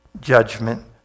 judgment